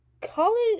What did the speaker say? College